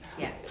yes